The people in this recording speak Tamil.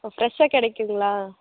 ஃப்ரெஷ்ஷாக கிடைக்குங்களா